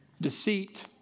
Deceit